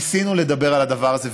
ניסינו לדבר על הדבר הזה,